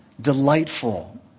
Delightful